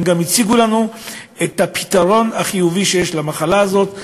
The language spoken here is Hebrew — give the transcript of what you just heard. גם הציגו לנו את הפתרון החיובי שיש למחלה הזאת,